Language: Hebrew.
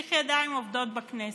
צריך ידיים עובדות בכנסת,